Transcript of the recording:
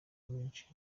menshi